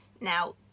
Now